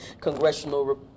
congressional